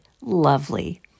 Lovely